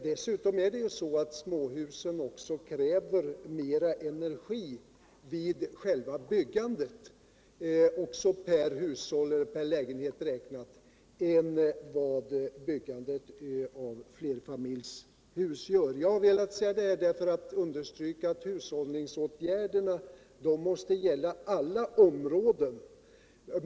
Dessutom kräver småhusen mer energi vid själva byggandet, också per hus och per lägenhet räknat. än vad byggandet av flerfamiljshus gör. Jag har velat säga detta för att understryka att hushållningsåtgärderna måste gälla alla områden.